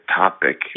topic